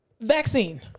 Vaccine